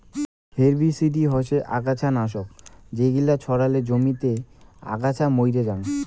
herbicide হসে অগাছা নাশক যেগিলা ছড়ালে জমিতে আগাছা মইরে জাং